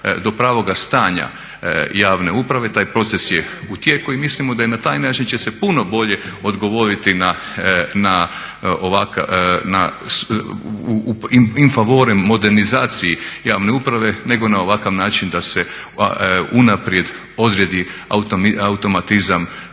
do pravoga stanja javne uprave. Taj proces je u tijeku i mislimo da na taj način će se puno bolje odgovoriti na ovakva, in favorem modernizaciji javne uprave nego na ovakav način da se unaprijed odredi automatizam